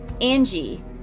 Angie